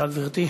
בבקשה, גברתי.